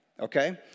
okay